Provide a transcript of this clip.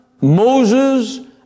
Moses